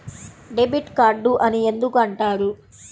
Debit card అని ఎందుకు అంటారు?